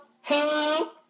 Hello